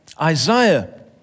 Isaiah